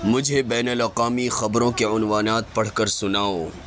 مجھے بین الاقامی خبروں کے عنوانات پڑھ کر سناؤ